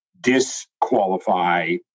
disqualify